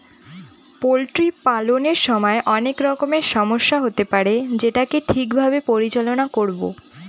poultry পালনের সময় অনেক রকমের সমস্যা হতে পারে যেটাকে ঠিক ভাবে পরিচালনা করবো